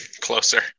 Closer